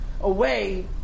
away